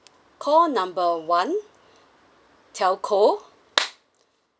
call number one telco